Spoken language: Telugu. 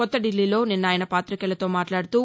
కొత్త దిల్లీలో నిన్న ఆయన పాతికేయులతో మాట్లాడుతూ